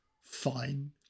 fine